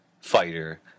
fighter